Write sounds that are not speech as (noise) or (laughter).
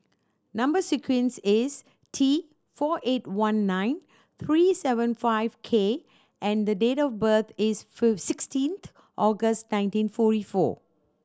number sequence is T four eight one nine three seven five K and the date of birth is (unintelligible) sixteenth August nineteen forty four